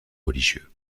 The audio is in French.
religieux